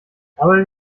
aber